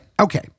Okay